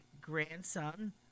grandson